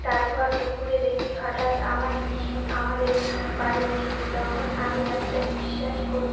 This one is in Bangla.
তারপর দুপুরে দেখি হঠাৎ আমার পিসি আমাদের বাড়ি এসেছে তখন আমি একটা বিশ্বাস কোর